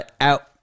out